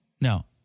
No